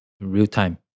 real-time